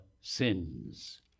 sins